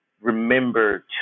remember